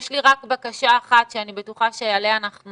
יש לי רק בקשה אחת שאני בטוחה שעליה אנחנו